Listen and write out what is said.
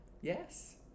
Yes